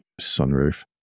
sunroof